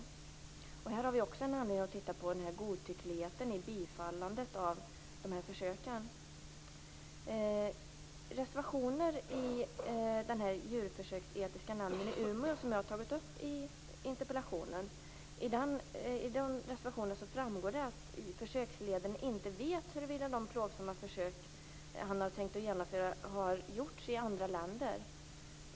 I det sammanhanget har vi också anledning att titta på godtyckligheten i bifallandet av de här försöken. Av reservationer i Djurförsöksetiska nämnden i Umeå, som jag nämner i min interpellation, framgår det att försökledaren inte vet om de plågsamma försök som han tänkt genomföra har gjorts i andra länder.